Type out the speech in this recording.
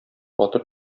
батыр